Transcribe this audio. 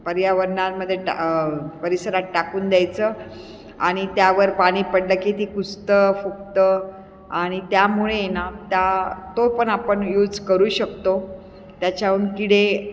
पर्यावरणामध्ये टा परिसरात टाकून द्यायचं आणि त्यावर पाणी पडलं की ती कुजतं फुगतं आणि त्यामुळे ये ना त्या तो पण आपण यूज करू शकतो त्याच्याहून किडे